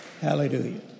Hallelujah